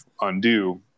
undo